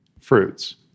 fruits